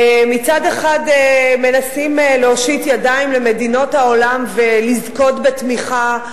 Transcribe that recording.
מצד אחד מנסים להושיט ידיים למדינות העולם ולזכות בתמיכה,